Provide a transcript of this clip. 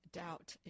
doubt